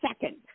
second